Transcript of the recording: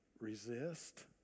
resist